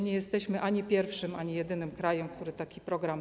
Nie jesteśmy ani pierwszym, ani jedynym krajem, który ma taki program.